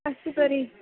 अस्तु तर्हि